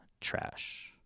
trash